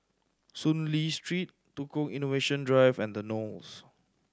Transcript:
Soon Lee Street Tukang Innovation Drive and The Knolls